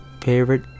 Favorite